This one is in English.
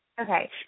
Okay